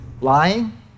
Lying